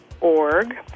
org